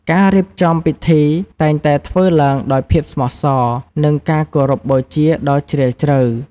ការរៀបចំពិធីតែងតែធ្វើឡើងដោយភាពស្មោះសរ និងការគោរពបូជាដ៏ជ្រាលជ្រៅ។